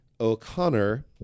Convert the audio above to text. O'Connor